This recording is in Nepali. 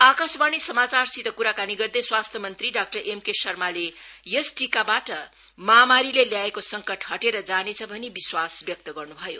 आकाशवाणी समाचारसित कुराकानी गर्दै स्वास्थ्य मन्त्री डाक्टक एमके शर्माले यस टीकाबाट महामारीले ल्याएको संकट हटेर जानेछ भनी विश्वास व्यक्त गर्न् भयो